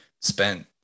spent